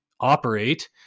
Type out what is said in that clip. operate